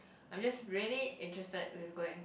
I'm just really interested what is going